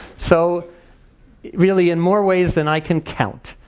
so really in more ways than i can count,